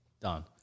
Done